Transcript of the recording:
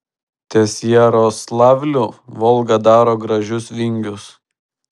ties jaroslavliu volga daro gražius vingius